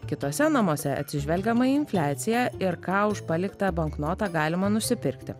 kituose namuose atsižvelgiama į infliaciją ir ką už paliktą banknotą galima nusipirkti